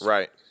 Right